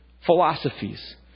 philosophies